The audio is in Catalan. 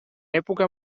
època